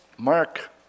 Mark